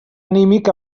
anímic